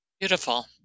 Beautiful